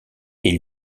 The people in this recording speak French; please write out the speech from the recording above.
est